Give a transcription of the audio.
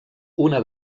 una